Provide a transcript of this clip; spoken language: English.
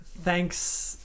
thanks